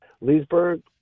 Leesburg